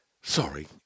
Sorry